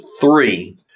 three